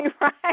right